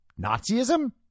Nazism